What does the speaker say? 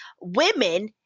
women